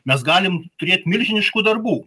mes galim turėt milžiniškų darbų